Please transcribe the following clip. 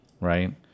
right